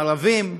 ערבים.